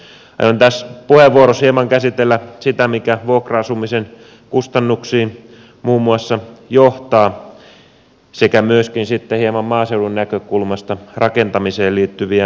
aion tässä puheenvuorossa hieman käsitellä sitä mikä vuokra asumisen kustannuksiin muun muassa johtaa sekä myöskin sitten hieman maaseudun näkökulmasta rakentamiseen liittyviä asioita